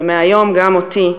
ומהיום גם אותי,